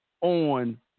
on